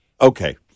okay